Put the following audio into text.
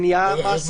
זה נהיה מעשי.